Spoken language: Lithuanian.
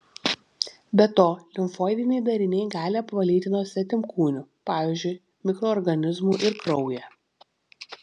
be to limfoidiniai dariniai gali apvalyti nuo svetimkūnių pavyzdžiui mikroorganizmų ir kraują